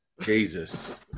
Jesus